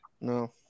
No